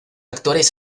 actores